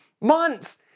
months